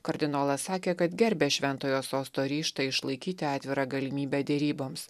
kardinolas sakė kad gerbia šventojo sosto ryžtą išlaikyti atvirą galimybę deryboms